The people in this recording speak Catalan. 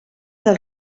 del